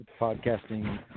podcasting